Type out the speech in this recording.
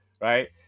right